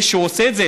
מי שעושה את זה,